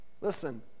Listen